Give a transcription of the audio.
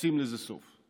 לשים לזה סוף.